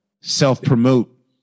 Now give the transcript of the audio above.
self-promote